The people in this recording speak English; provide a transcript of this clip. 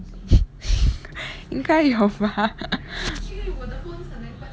应该有吧